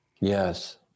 Yes